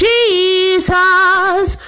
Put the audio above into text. Jesus